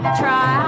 try